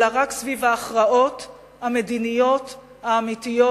אלא רק סביב ההכרעות המדיניות האמיתיות.